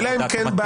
אלא אם כן בא